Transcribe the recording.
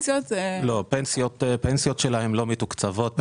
הפנסיות שלהם לא מתוקצבות.